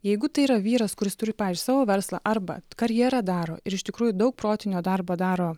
jeigu tai yra vyras kuris turi pavyzdžiui savo verslą arba karjerą daro ir iš tikrųjų daug protinio darbo daro